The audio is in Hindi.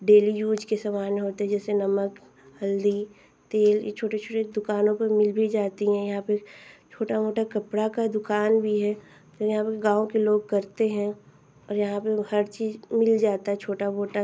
डेली यूज के सामान होते हैं जैसे नमक हल्दी तेल यह छोटी छोटी दुकानों पर मिल भी जाती हैं यहाँ पर छोटा मोटा कपड़ा का दुकान भी है यहाँ गाँव के लोग करते हैं और यहाँ पर हर चीज़ मिल जाता है छोटा मोटा